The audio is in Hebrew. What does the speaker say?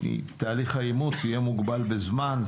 תהליך האימוץ יהיה מוגבל בזמן.